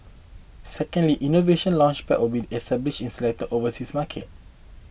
secondly Innovation Launchpads will be established in selected overseas markets